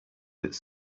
its